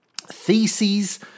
Theses